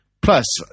Plus